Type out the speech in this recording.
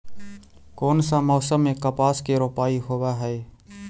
कोन सा मोसम मे कपास के रोपाई होबहय?